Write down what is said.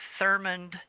Thurmond